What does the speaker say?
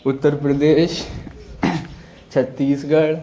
اتر پردیش چھتیس گڑھ